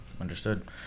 understood